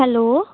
hello